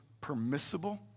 permissible